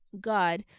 God